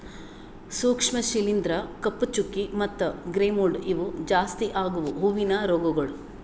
ಸೂಕ್ಷ್ಮ ಶಿಲೀಂಧ್ರ, ಕಪ್ಪು ಚುಕ್ಕಿ ಮತ್ತ ಗ್ರೇ ಮೋಲ್ಡ್ ಇವು ಜಾಸ್ತಿ ಆಗವು ಹೂವಿನ ರೋಗಗೊಳ್